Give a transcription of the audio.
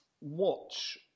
watch